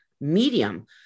medium